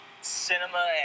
Cinema